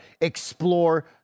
explore